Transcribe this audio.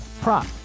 prop